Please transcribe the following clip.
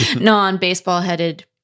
non-baseball-headed